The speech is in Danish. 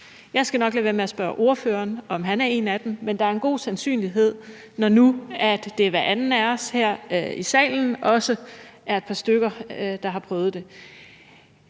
Jeg skal nok lade være med at spørge ordføreren, om han er en af dem, men der er en god sandsynlighed, når nu det er hver anden af os, for, at der også her i salen er et par stykker, der har prøvet det.